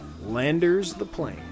LandersThePlane